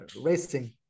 racing